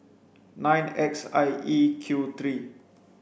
nine X I E Q three